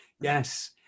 yes